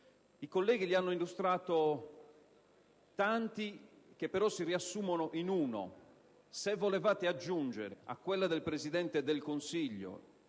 I colleghi ne hanno illustrati tanti che però si riassumono in uno: se volevate aggiungere a quella del Presidente del Consiglio